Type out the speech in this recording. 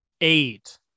eight